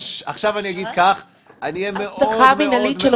ששש, עכשיו אהיה מאוד מאוד מאוד מאוד מאוד